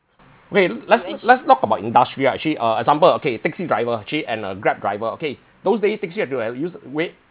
well let's let's talk about industry actually uh example okay taxi driver actually and a grab driver okay those days taxi have to have use wait